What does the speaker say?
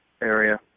area